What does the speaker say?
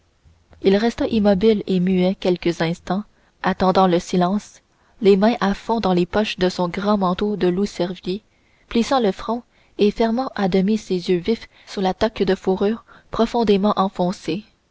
il resta immobile et muet quelques instants attendant le silence les mains à fond dans les poches de son grand manteau de loup-cervier plissant le front et fermant à demi ses yeux vifs sous la toque de fourrure profondément enfoncée